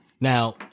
Now